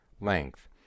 length